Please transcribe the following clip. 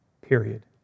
period